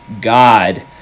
god